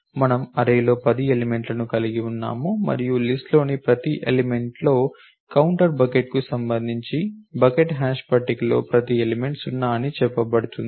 మనము అర్రే లో 10 ఎలిమెంట్లను కలిగి ఉన్నాము మరియు లిస్ట్ లోని ప్రతి ఎలిమెంట్ లో కౌంటర్ బకెట్కు సంబంధించిన బకెట్ హ్యాష్ పట్టికలోని ప్రతి ఎలిమెంట్ 0 అని చెప్పబడుతుంది